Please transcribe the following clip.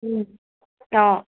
অঁ